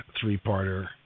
three-parter